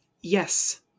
Yes